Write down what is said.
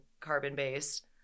carbon-based